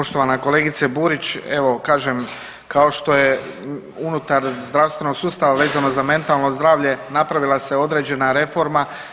Poštovana kolegice Burić, evo kažem kao što je unutar zdravstvenog sustava vezano za mentalno zdravlje napravila se određena reforma.